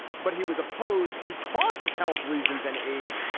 but he was opposed because of health reasons and age.